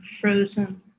frozen